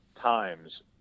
times